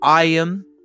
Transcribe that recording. iam